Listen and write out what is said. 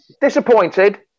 Disappointed